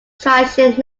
thracian